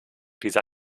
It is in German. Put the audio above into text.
dieser